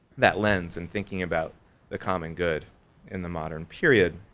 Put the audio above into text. that lens and thinking about the common good in the modern period.